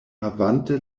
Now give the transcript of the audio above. havante